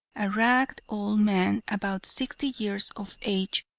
a ragged old man, about sixty years of age,